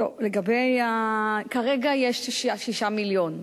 כרגע יש 6 מיליון.